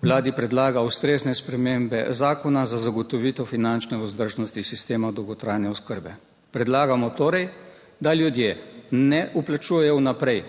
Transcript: Vladi predlaga ustrezne spremembe zakona za zagotovitev finančne vzdržnosti sistema dolgotrajne oskrbe. Predlagamo torej, da ljudje ne vplačujejo vnaprej